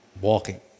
walking